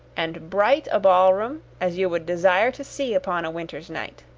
and bright a ball-room, as you would desire to see upon a winter's night.